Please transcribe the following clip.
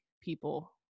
people